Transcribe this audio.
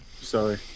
Sorry